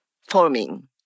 forming